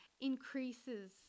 increases